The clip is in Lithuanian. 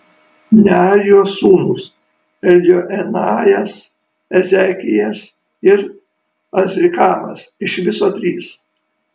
nearijos sūnūs eljoenajas ezekijas ir azrikamas iš viso trys